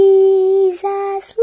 Jesus